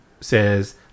says